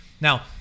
Now